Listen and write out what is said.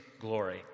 glory